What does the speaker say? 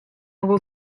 will